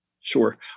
Sure